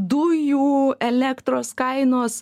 dujų elektros kainos